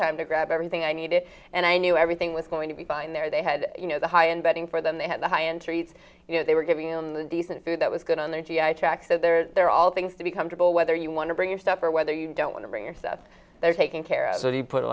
time to grab everything i needed and i knew everything was going to be fine there they had you know the high end betting for them they had the high entries they were giving them the decent food that was going on their g i tract so they're there all things to be comfortable whether you want to bring your stuff or whether you don't want to bring your stuff they're taking care of it he put